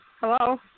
hello